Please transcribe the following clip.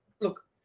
look